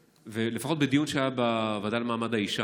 לפחות בדיון שהיה בוועדה למעמד האישה,